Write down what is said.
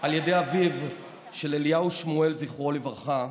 על ידי אביו של אליהו שמואל, זכרו לברכה,